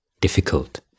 difficult